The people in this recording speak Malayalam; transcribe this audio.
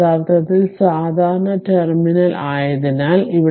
ഇത് യഥാർത്ഥത്തിൽ സാധാരണ ടെർമിനൽ ആയതിനാൽ